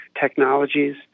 technologies